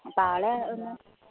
അപ്പോൾ ആളെ ഒന്ന്